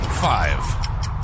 Five